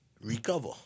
recover